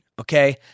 Okay